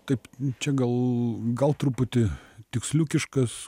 taip čia gal gal truputį tiksliukiškas